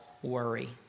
Worry